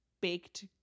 baked